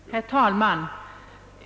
Herr talman!